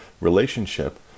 relationship